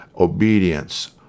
Obedience